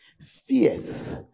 fierce